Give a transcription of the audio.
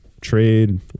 trade